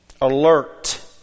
alert